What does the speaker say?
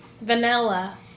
vanilla